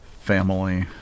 family